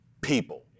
people